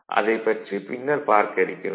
அதைப் பற்றி பின்னர் பார்க்க இருக்கிறோம்